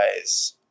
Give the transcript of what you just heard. guys